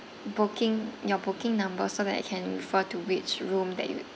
booking your booking number so that I can refer to which room that you